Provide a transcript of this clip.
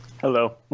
Hello